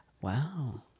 Wow